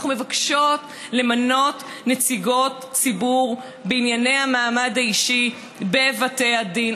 אנחנו מבקשות למנות נציגות ציבור בענייני המעמד האישי בבתי הדין.